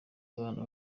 abana